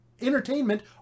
Entertainment